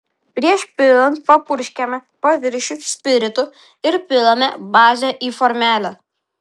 prieš pilant papurškiame paviršių spiritu ir pilame bazę į formelę